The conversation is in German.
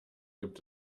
gibt